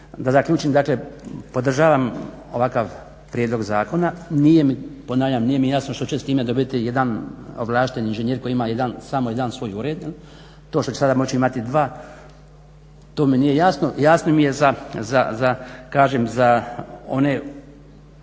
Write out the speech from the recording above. da zaključim dakle podržavam ovakav prijedlog zakona. Ponavljam nije mi jasno što će s time dobiti jedan ovlašteni inženjer koji ima samo jedan svoj ured, to što će sada moći imati dva, to mi nije jasno. Jasno mi ja za one